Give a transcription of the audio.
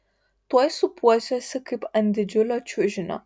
tuoj sūpuosiuosi kaip ant didžiulio čiužinio